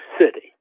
city